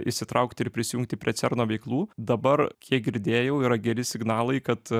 įsitraukti ir prisijungti prie cerno veiklų dabar kiek girdėjau yra geri signalai kad